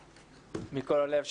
בהצלחה מכל הלב.